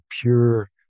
pure